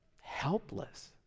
helpless